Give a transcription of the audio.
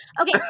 Okay